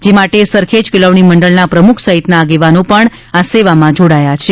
જે માટે સરખેજ કેળવણી મંડળના પ્રમુખ સહિતના આગેવાનો પણ સેવામાં જોડાયા છે